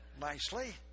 nicely